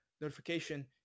notification